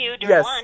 Yes